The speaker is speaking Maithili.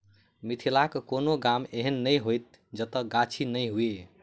मिथिलाक कोनो गाम एहन नै होयत जतय गाछी नै हुए